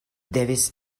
devis